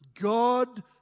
God